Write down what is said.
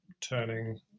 turning